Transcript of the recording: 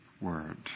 word